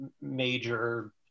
major